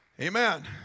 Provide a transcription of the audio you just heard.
Amen